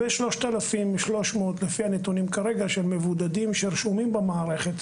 3,300 לפי הנתונים כרגע שהם מבודדים שרשומים במערכת.